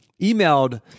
emailed